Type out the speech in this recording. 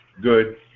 Good